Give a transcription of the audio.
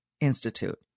Institute